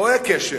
רואה קשר